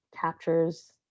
captures